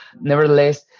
Nevertheless